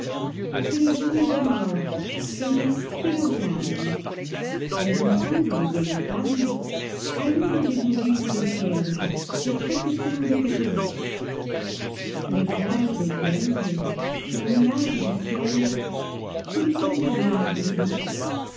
c'est le jour des morts et de toutes leurs âmes les enfants et les vieilles femmes allument des bougies et des cierges sur chaque tombe catholique les voiles des vieilles les nuages du ciel sont comme des barbes de biques